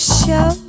show